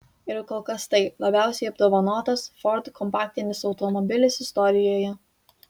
ir kol kas tai labiausiai apdovanotas ford kompaktinis automobilis istorijoje